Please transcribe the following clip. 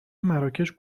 مراکش